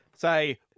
say